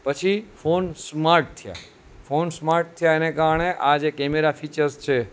પછી phone smart થયા phone smart થયા એને કારણે આ જે કેમેરા ફીચર્સ છે